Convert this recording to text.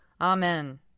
Amen